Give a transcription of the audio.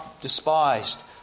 despised